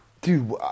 dude